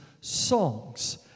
songs